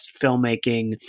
filmmaking